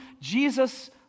Jesus